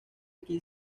aquí